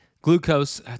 glucose